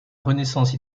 renaissance